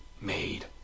made